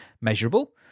Measurable